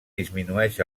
disminueix